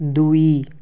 ଦୁଇ